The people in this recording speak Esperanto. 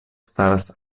staras